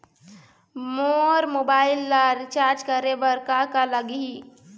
मोर mobile ला recharge करे बर का का लगही?